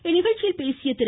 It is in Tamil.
இந்நிகழ்ச்சியில் பேசிய திரு